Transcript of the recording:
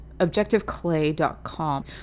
ObjectiveClay.com